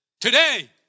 Today